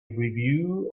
review